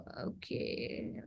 okay